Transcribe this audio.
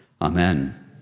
Amen